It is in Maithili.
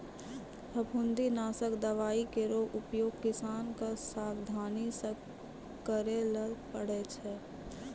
फफूंदी नासक दवाई केरो उपयोग किसान क सावधानी सँ करै ल पड़ै छै